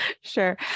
Sure